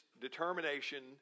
determination